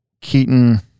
Keaton